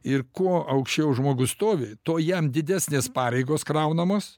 ir kuo aukščiau žmogus stovi tuo jam didesnės pareigos kraunamos